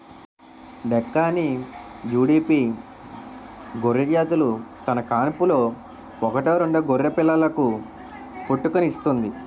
డెక్కాని, జుడిపి గొర్రెజాతులు తన కాన్పులో ఒకటో రెండో గొర్రెపిల్లలకు పుట్టుకనిస్తుంది